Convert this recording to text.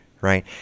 right